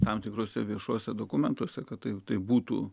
tam tikruose viešuose dokumentuose kad tai būtų